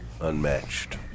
unmatched